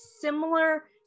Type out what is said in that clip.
similar